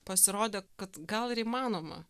pasirodė kad gal ir įmanoma